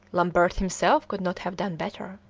lambert himself could not have done better.